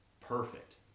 perfect